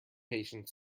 patient